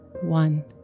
One